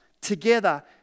together